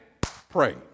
pray